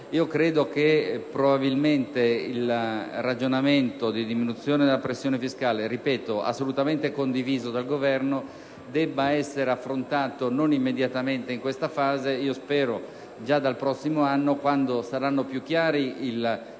questo profilo, quindi, il ragionamento di diminuzione della pressione fiscale, pur assolutamente condiviso dal Governo, deve essere affrontato non immediatamente in questa fase ma, come io spero, già dal prossimo anno, quando saranno più chiari i canali